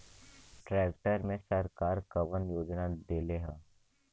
Tractor मे सरकार कवन योजना देले हैं?